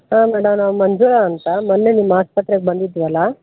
ಹಾಂ ಮೇಡಮ್ ನಾವು ಮಂಜುಳ ಅಂತ ಮೊನ್ನೆ ನಿಮ್ಮ ಆಸ್ಪತ್ರೆಗೆ ಬಂದಿದ್ದೆವಲ್ಲಾ